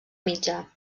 mitjà